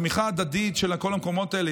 בתמיכה ההדדית של כל המקומות האלה,